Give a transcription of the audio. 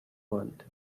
want